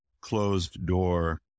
closed-door